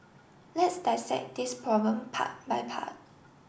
let's dissect this problem part by part